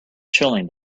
chilling